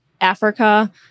africa